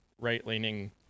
right-leaning